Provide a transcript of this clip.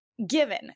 Given